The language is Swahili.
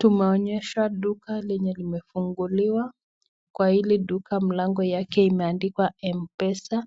Tumeonyeshwa duka lenye limefunguliwa, kwa hili duka mlango yake imeandikwa Mpesa,